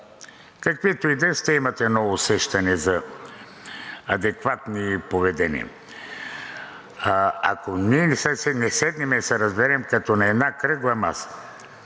Каквито и да са, те имат едно усещане за адекватни поведения. Ако ние не седнем да се разберем като на една кръгла маса